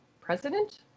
president